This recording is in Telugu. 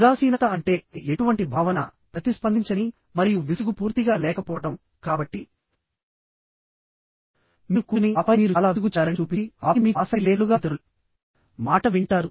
ఉదాసీనత అంటే ఎటువంటి భావన ప్రతిస్పందించని మరియు విసుగు పూర్తిగా లేకపోవడం కాబట్టి మీరు కూర్చుని ఆపై మీరు చాలా విసుగు చెందారని చూపించి ఆపై మీకు ఆసక్తి లేనట్లుగా ఇతరుల మాట వింటారు